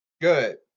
Good